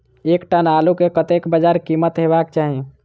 एक टन आलु केँ कतेक बजार कीमत हेबाक चाहि?